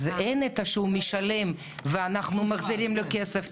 אז אין את זה שהוא משלם ואנחנו מחזירים לו כסף.